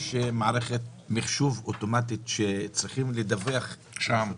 יש מערכת מחשוב אוטומטית, שע"ם, שצריך לדווח אליה.